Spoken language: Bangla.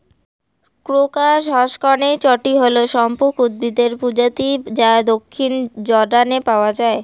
ক্রোকাস হসকনেইচটি হল সপুষ্পক উদ্ভিদের প্রজাতি যা দক্ষিণ জর্ডানে পাওয়া য়ায়